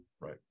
Right